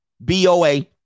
BOA